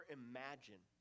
imagine